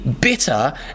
bitter